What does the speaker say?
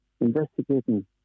investigating